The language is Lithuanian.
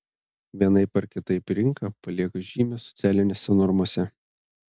vienaip ar kitaip rinka palieka žymę socialinėse normose